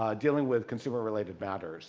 ah dealing with consumer-related matters